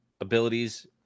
abilities